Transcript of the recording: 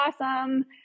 awesome